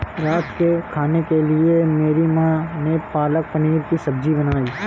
रात के खाने के लिए मेरी मां ने पालक पनीर की सब्जी बनाई है